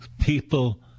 people